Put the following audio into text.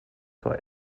zur